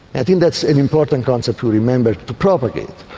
i think that's an important concept to remember to propagate.